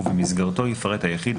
ובמסגרתו יפרט היחיד,